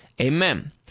Amen